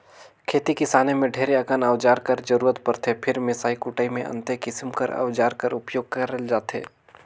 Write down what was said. खेती किसानी मे ढेरे अकन अउजार कर जरूरत परथे फेर मिसई कुटई मे अन्ते किसिम कर अउजार कर उपियोग करल जाथे